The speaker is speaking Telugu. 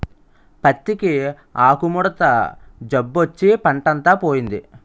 పత్తికి ఆకుముడత జబ్బొచ్చి పంటంతా పోయింది